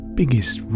biggest